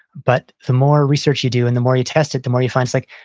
but the more research you do and the more you test it, the more you find it's like,